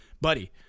buddy